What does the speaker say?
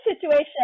situation